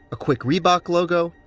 a quick reebok logo,